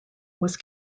was